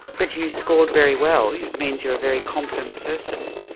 but you scored very well, it means you're a very competent person.